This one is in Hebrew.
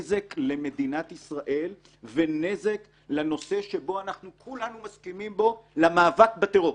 למדינת ישראל ונזק לנושא שבו אנחנו כולנו מסכימים בו למאבק בטרור.